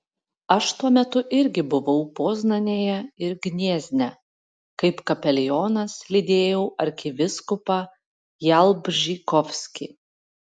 aš tuo metu irgi buvau poznanėje ir gniezne kaip kapelionas lydėjau arkivyskupą jalbžykovskį